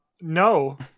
no